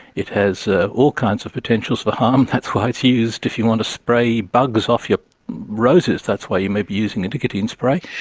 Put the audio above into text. it has ah all kinds of potentials for harm, that's why it's used if you want to spray bugs off your roses, that's why you may be using a nicotine spray.